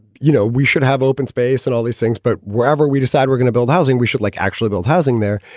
you know, we should have open space and all these things. but wherever we decide we're gonna build housing, we should like actually build housing there.